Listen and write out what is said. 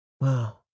Wow